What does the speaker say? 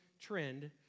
trend